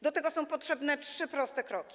Do tego są potrzebne trzy proste kroki.